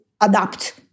adapt